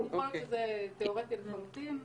יכול להיות שזה תיאורטי לחלוטין.